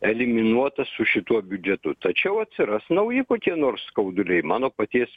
eliminuota su šituo biudžetu tačiau atsiras nauji kokie nors skauduliai mano paties